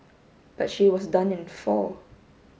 but she was done in four